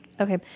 okay